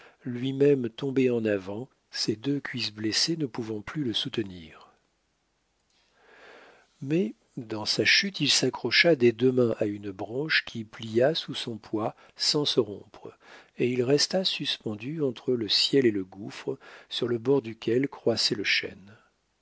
lui-même tomber en avant ses deux cuisses blessées ne pouvant plus le soutenir mais dans sa chute il s'accrocha des deux mains à une branche qui plia sous son poids sans se rompre et il resta suspendu entre le ciel et le gouffre sur le bord duquel croissait le chêne